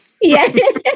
Yes